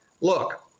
look